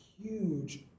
huge